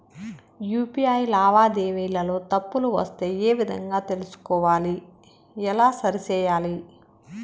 UPI లావాదేవీలలో తప్పులు వస్తే ఏ విధంగా తెలుసుకోవాలి? ఎలా సరిసేయాలి?